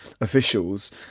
officials